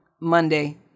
Monday